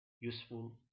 useful